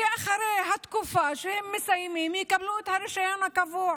ואחרי התקופה שהם מסיימים הם יקבלו את הרישיון הקבוע.